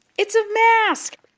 it's a mask.